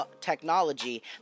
technology